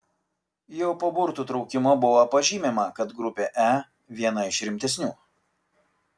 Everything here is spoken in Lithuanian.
jau po burtų traukimo buvo pažymima kad grupė e viena iš rimtesnių